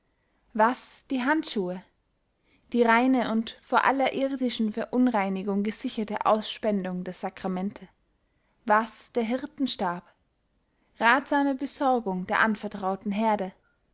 was die handschue die reine und vor aller irdischen verunreinigung gesicherte ausspendung der sacramente was der hirtenstab rathsame besorgung der anvertrauten heerde